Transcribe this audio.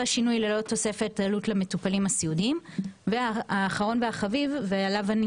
שינוי ללא תוספת עלות למטופלים הסיעודיים והאחרון והחביב ועליו אני